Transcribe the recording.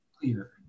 clear